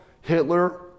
Hitler